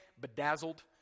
bedazzled